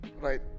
right